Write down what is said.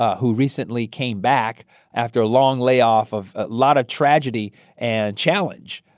who recently came back after a long layoff of a lot of tragedy and challenge,